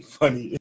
funny